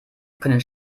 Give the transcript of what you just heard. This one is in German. können